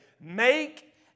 Make